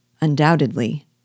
Undoubtedly